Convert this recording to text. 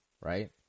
right